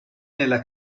nella